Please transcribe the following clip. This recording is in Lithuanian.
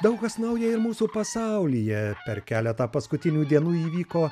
daug kas nauja ir mūsų pasaulyje per keletą paskutinių dienų įvyko